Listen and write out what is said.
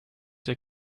der